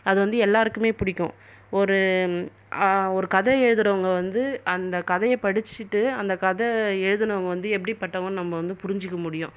அது வந்து எல்லாருக்குமே பிடிக்கும் ஒரு ஒரு கதை எழுதுருவங்கள் வந்து அந்த கதையை படிச்சுட்டு அந்த கதை எழுதினவங்கள் வந்து எப்படி பட்டவங்கன்னு நம்ம வந்து புரிஞ்சுக்க முடியும்